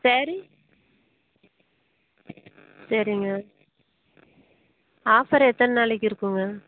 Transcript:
sorry சரிங்க offer எத்தனாளைக்கு இருக்குங்க